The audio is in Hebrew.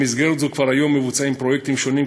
במסגרת זו כבר היום מבוצעים פרויקטים שונים,